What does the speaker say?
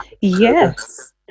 Yes